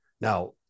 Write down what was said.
Now